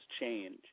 change